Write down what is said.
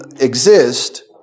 exist